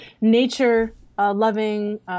nature-loving